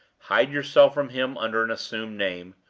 hide yourself from him under an assumed name.